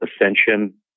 ascension